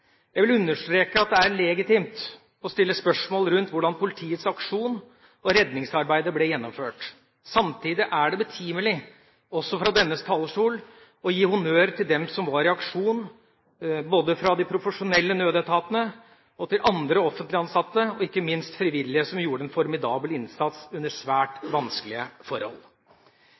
Jeg vil understreke at det er legitimt å stille spørsmål rundt hvordan politiets aksjon og redningsarbeidet ble gjennomført. Samtidig er det betimelig også fra denne talerstol å gi honnør til dem som var i aksjon, både fra de profesjonelle nødetatene og andre offentlig ansatte, og ikke minst til frivillige som gjorde en formidabel innsats under svært vanskelige forhold.